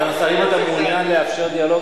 מעוניין לאפשר דיאלוג,